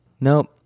Nope